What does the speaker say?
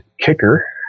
kicker